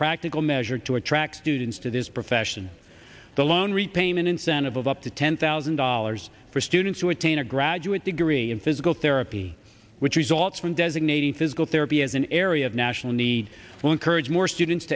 practical measure to attract students to this profession the loan repayment incentive of up to ten thousand dollars for students to attain a graduate the gree in physical therapy which results from designating physical therapy as an area of national need to encourage more students